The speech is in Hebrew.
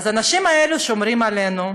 אז האנשים האלה שומרים עלינו,